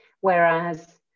Whereas